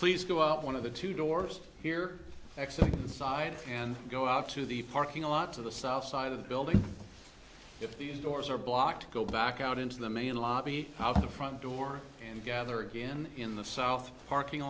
please go out one of the two doors here exit the side and go out to the parking lot to the south side of the building if these doors are blocked go back out into the main lobby out the front door and gather again in the south parking